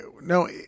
no